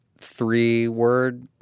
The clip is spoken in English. three-word